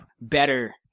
better